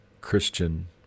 Christian